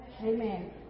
Amen